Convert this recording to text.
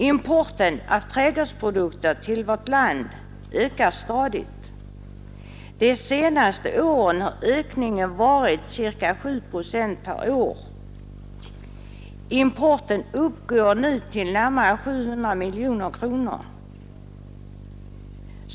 Importen av trädgårdsprodukter till vårt land ökar stadigt. De senaste åren har ökningen varit ca 7 procent per år. Importen uppgår nu till närmare 700 miljoner kronor.